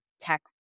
tech